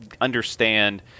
understand